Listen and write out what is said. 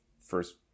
first